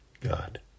God